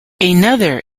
another